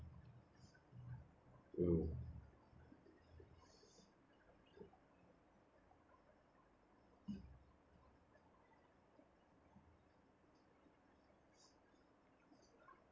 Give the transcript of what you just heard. mm